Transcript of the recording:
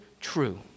true